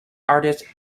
artist